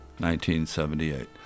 1978